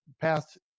past